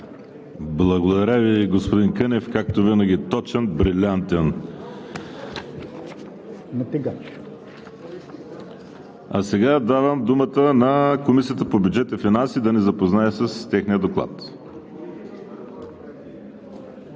Благодаря Ви, господин Кънев – както винаги точен, брилянтен. Сега давам думата на Комисията по бюджет и финанси да ни запознае с техния доклад.